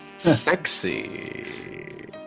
Sexy